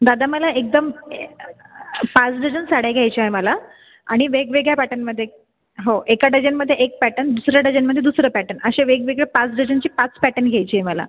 दादा मला एकदम ए पाच डझन साड्या घ्यायच्या आहे मला आणि वेगवेगळ्या पॅटनमध्ये हो एका डजनमध्ये एक पॅटन दुसऱ्या डजनमध्ये दुसरं पॅटन असे वेगवेगळे पाच डजनची पाच पॅटन घ्यायची आहे मला